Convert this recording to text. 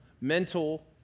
mental